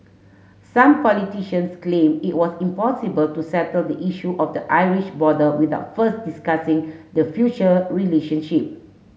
some politicians complained it was impossible to settle the issue of the Irish border without first discussing the future relationship